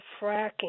fracking